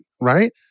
right